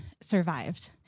survived